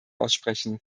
aussprechen